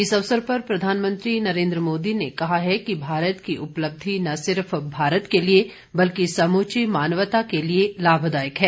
इस अवसर पर प्रधानमंत्री नरेन्द्र मोदी ने कहा है कि भारत की उपलब्धि न सिर्फ भारत के लिए बल्कि समूची मानवता के लिए लाभदायक है